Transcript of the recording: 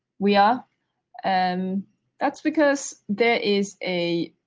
we are and that's because there is a